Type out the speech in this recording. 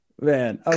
Man